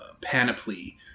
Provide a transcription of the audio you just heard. panoply